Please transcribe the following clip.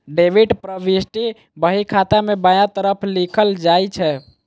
debit प्रवृष्टि बही खाता मे बायां तरफ लिखल जाइ छै